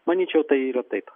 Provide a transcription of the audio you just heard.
manyčiau tai yra taip